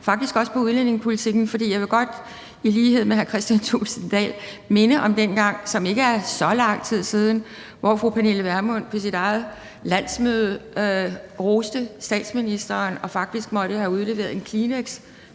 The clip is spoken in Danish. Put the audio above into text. faktisk også på udlændingepolitikken. For jeg vil godt i lighed med hr. Kristian Thulesen Dahl minde om dengang for ikke så lang tid siden, hvor fru Pernille Vermund på sit eget landsmøde roste statsministeren og rørt til tårer faktisk måtte have udleveret en kleenex,